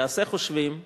יעשה חושבים ויחליט.